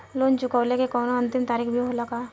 Loan चुकवले के कौनो अंतिम तारीख भी होला का?